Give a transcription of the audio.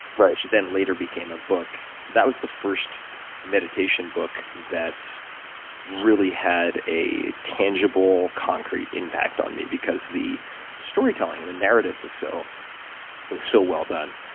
then later became a book. that was the first meditation book that really had a tangible, concrete impact on me because the storytelling, and the narrative was so was so well done.